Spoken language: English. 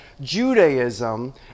Judaism